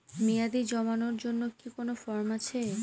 মেয়াদী জমানোর জন্য কি কোন ফর্ম আছে?